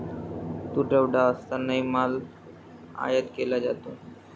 तुटवडा असतानाही माल आयात केला जातो